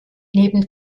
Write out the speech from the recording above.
neben